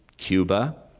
cuba,